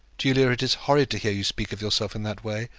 julia, it is horrid to hear you speak of yourself in that way.